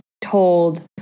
told